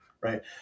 right